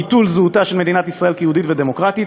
ביטול זהותה של מדינת ישראל כיהודית ודמוקרטית,